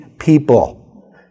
people